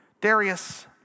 Darius